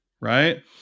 Right